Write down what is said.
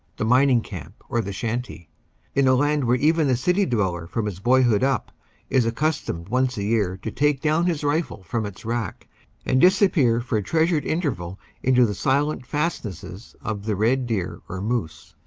the mining-camp or the shanty in a land where even the city dweller from his boyhood up is accustomed once a year to take down his rifle from its rack and disappear for a treasured interval into the silent fastnesses of the red deer or moose.